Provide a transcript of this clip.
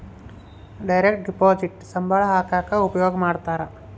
direct deposit ಸಂಬಳ ಹಾಕಕ ಉಪಯೋಗ ಮಾಡ್ತಾರ